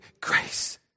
grace